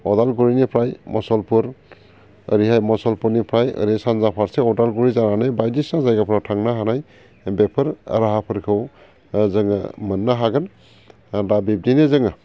उदालगुरिनिफ्राय मुसलपुर ओरैहाय मुसलपुरनिफ्राय ओरैहाय सानजा फारसे उदालगुरि जानानै बायदिसिना जायगाफोरा थांनो हानाय बेफोर राहाफोरखौ जोङो मोननो हागोन होनबा बिब्दिनो जोङो